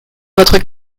votre